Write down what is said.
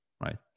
right